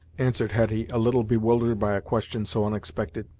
answered hetty, a little bewildered by a question so unexpected.